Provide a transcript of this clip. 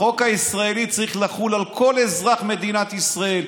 החוק הישראלי צריך לחול על כל אזרחי מדינת ישראל.